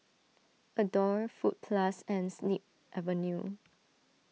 Adore Fruit Plus and Snip Avenue